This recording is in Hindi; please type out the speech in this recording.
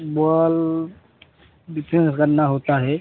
बॉल भी चेंज करना होता है